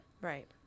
Right